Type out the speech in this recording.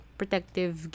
protective